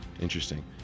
interesting